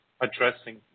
addressing